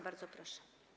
Bardzo proszę.